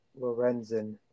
Lorenzen